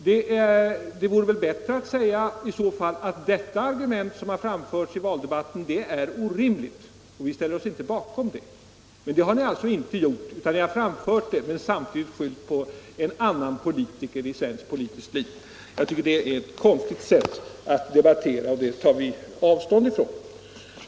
Det hade väl varit bättre om ni sagt att detta argument är orimligt och att ni inte ställer er bakom det. Men så har ni inte gjort, utan ni har framfört argumentet och samtidigt skyllt på en annan svensk politiker.